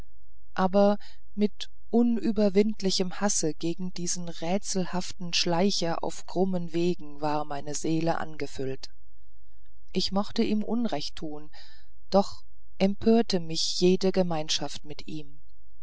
aber mit unüberwindlichem hasse gegen diesen rätselhaften schleicher auf krummen wegen war meine seele angefüllt ich mochte ihm unrecht tun doch empörte mich jede gemeinschaft mit ihm